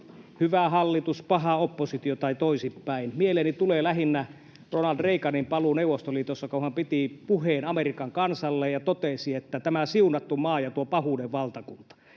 Hyvä hallitus, paha oppositio tai toisinpäin. Mieleeni tulee lähinnä Ronald Reaganin paluu Neuvostoliitosta, kun hän piti puheen Amerikan kansalle ja totesi, että ”tämä siunattu maa ja tuo pahuuden valtakunta”.